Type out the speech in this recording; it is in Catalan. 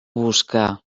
busca